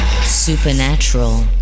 Supernatural